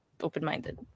open-minded